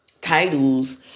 titles